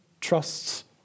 trusts